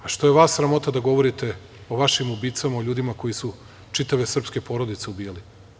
A, što je vas sramota da govorite o vašim ubicama, o ljudima koji su čitave srpske porodice ubijali?